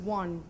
one